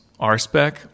RSpec